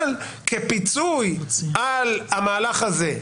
אבל, כפיצוי על המהלך הזה,